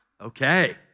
Okay